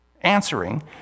Answering